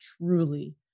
Truly